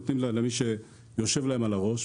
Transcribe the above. נותנים למי שיושב להם על הראש,